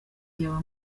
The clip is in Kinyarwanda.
ry’aba